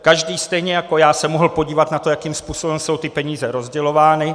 Každý, stejně jako já, se mohl podívat na to, jakým způsobem jsou ty peníze rozdělovány.